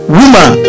woman